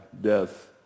death